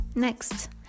Next